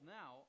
now